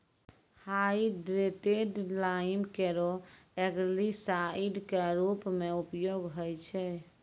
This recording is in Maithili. हाइड्रेटेड लाइम केरो एलगीसाइड क रूप म उपयोग होय छै